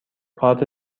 کارت